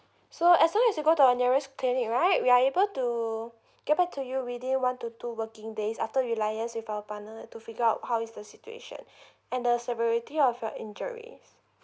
so as long as you go to our nearest clinic right we are able to get back to you within one to two working days after you liaise with our partner to figure out how is the situation and the severity of your injuries